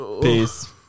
Peace